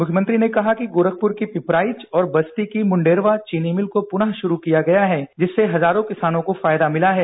उन्होंने कहा कि गोरखपूर की पिपराइच और बस्ती की मुंडेरवा चीनी मिल को फिर से शुरू किया गया है जिससे हजारों किसानों को फायदा मिला है